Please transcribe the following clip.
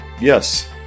Yes